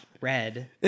red